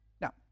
Now